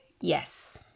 Yes